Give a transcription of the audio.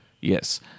Yes